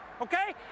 Okay